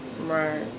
Right